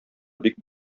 бик